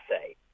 say